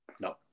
No